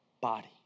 body